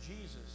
Jesus